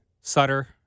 Sutter